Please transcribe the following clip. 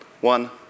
One